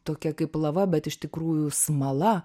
tokia kaip lava bet iš tikrųjų smala